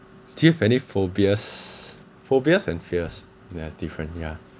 do you have any phobias phobias and fears there are different yeah